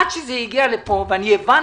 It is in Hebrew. עד שזה הגיע לפה, ואנחנו